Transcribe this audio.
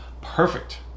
perfect